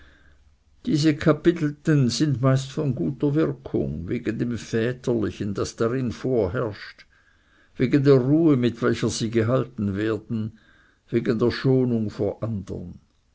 diese kapitelten sind meist von guter wirkung wegen dem väterlichen das darin vorherrscht wegen der ruhe mit welcher sie gehalten werden wegen der schonung vor andern